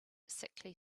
sickly